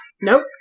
Nope